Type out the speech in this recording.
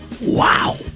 Wow